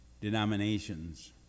denominations